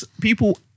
people